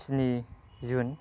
स्नि जुन